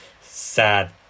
sad